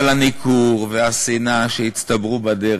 אבל הניכור והשנאה הצטברו בדרך.